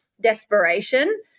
desperation